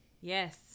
Yes